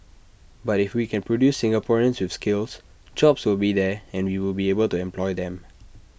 but if we can produce Singaporeans with skills jobs will be there and we will be able to employ them